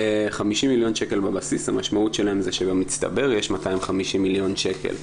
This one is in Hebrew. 50 מיליון שקל בבסיס המשמעות שלהם זה שבמצטבר יש 250 מיליון שקל.